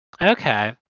Okay